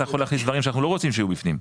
יכול להכניס דברים שאנחנו לא רוצים שיהיו בפנים,